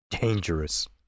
dangerous